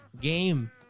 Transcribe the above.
game